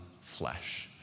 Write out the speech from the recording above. flesh